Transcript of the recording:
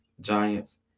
Giants